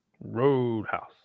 Roadhouse